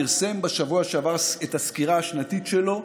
פרסם בשבוע שעבר את הסקירה השנתית שלו,